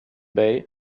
bay